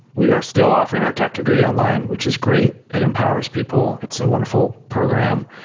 we are still offering our tech degree online, which is great. it empowers people. it's a wonderful program,